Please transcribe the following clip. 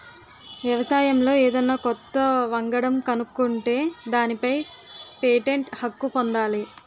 వ్యవసాయంలో ఏదన్నా కొత్త వంగడం కనుక్కుంటే దానిపై పేటెంట్ హక్కు పొందాలి